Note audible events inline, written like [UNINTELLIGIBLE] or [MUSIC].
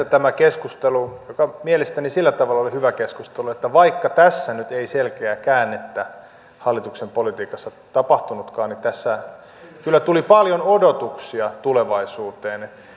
[UNINTELLIGIBLE] tämä keskustelu oli mielestäni sillä tavalla hyvä keskustelu että vaikka tässä nyt ei selkeää käännettä hallituksen politiikassa tapahtunutkaan että tässä kyllä tuli paljon odotuksia tulevaisuuteen